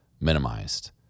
minimized